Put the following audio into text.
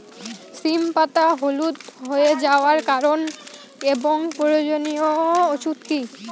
সিম পাতা হলুদ হয়ে যাওয়ার কারণ এবং প্রয়োজনীয় ওষুধ কি?